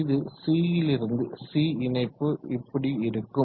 இது C லிருந்து C இணைப்பு இப்படி இருக்கும்